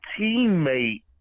teammate